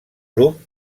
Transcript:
grup